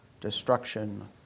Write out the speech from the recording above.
destruction